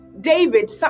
David